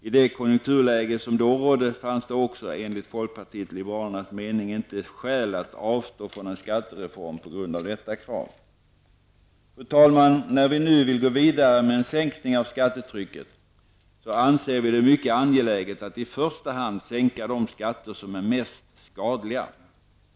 I det konjunkturläge som då rådde fanns det också enligt folkpartiet liberalernas mening inte skäl att avstå från en skattereform på grund av detta krav. Fru talman! När vi vill gå vidare med en sänkning av skattetrycket anser vi det mycket angeläget att i första hand sänka de skatter som är mest skadliga.